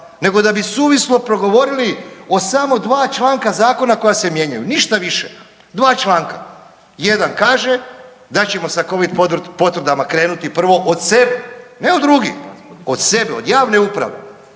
nego da bi suvislo progovorili o samo dva članka zakona koja se mijenjaju, ništa više, dva članka. Jedan kaže da ćemo sa covid potvrdama krenuti prvo od sebe, ne od drugih, od sebe, od javne uprave